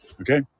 Okay